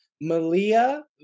Malia